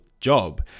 job